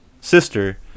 sister